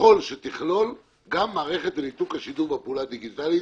יכול שתכלול גם מערכת לניתוק השידור בפעולה הדיגיטלית